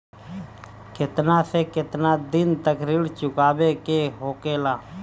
केतना से केतना दिन तक ऋण चुकावे के होखेला?